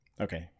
Okay